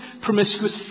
promiscuous